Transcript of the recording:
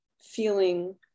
feeling